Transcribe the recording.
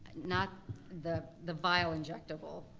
not the the vial injectable,